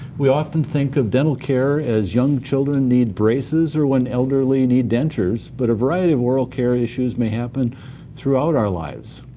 we often think of dental care as young children needing braces or when elderly need dentures, but a variety of oral care issues may happen throughout our lives.